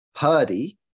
purdy